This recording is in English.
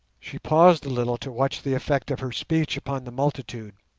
she paused a little to watch the effect of her speech upon the multitude,